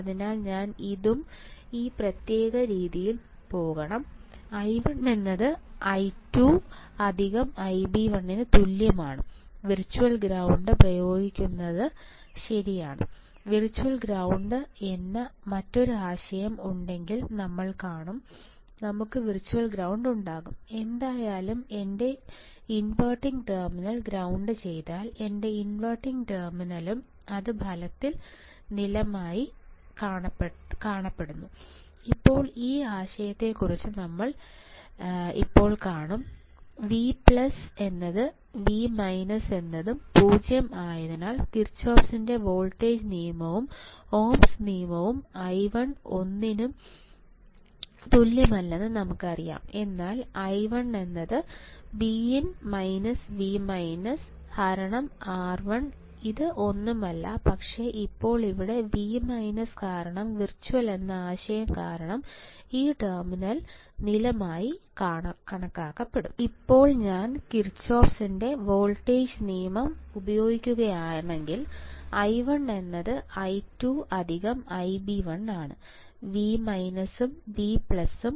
അതിനാൽ ഞാൻ ഇതും ഈ പ്രത്യേക രീതിയിൽ പോകണം i1 എന്നത് i2 i2 Ib1 ന് തുല്യമാണ് വിർച്വൽ ഗ്രൌണ്ട് പ്രയോഗിക്കുന്നത് ശരിയാണ് വിർച്വൽ ഗ്രൌണ്ട് എന്ന മറ്റൊരു ആശയം ഉണ്ടെങ്കിൽ നമ്മൾ കാണും നമുക്ക് വെർച്വൽ ഗ്രൌണ്ട് ഉണ്ടാകും എന്തായാലും എന്റെ ഇൻവെർട്ടിംഗ് ടെർമിനൽ ഗ്രൌണ്ട് ചെയ്താൽ എന്റെ ഇൻവെർട്ടിംഗ് ടെർമിനലും അത് ഫലത്തിൽ നിലമായി കണക്കാക്കപ്പെടുന്നു ഇപ്പോൾ ഈ ആശയത്തെക്കുറിച്ച് നമ്മൾ ഇപ്പോൾ കാണും V V0 അതിനാൽ കിർചോഫിന്റെ വോൾട്ടേജ് നിയമവും ഓംസ് നിയമവും i1 ഒന്നിനും തുല്യമല്ലെന്ന് നമുക്കറിയാം എന്നാൽ i1R1 ഇത് ഒന്നുമല്ല പക്ഷേ ഇപ്പോൾ ഇവിടെ V മൈനസ് കാരണം വിർച്വൽ എന്ന ആശയം കാരണം ഈ ടെർമിനൽ നിലമായി കണക്കാക്കും